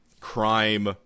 crime